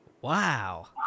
Wow